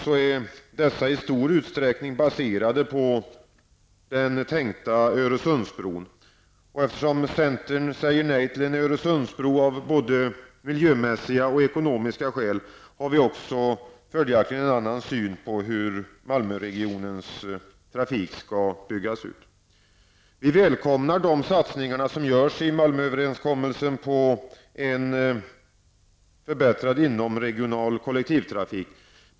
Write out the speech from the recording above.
Dessa är i stor utsträckning baserade på den tänkta Öresundsbro av både miljömässiga och ekonomiska skäl. Följaktligen har vi en annan syn på hur Malmöregionens trafik skall byggas ut. Däremot välkomnar vi de satsningar som görs i Malmööverenskommelsen för att åstadkomma en bättre inomregional trafik.